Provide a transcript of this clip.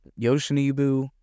Yoshinibu